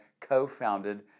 co-founded